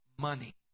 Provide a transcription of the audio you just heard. money